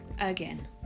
again